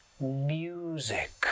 music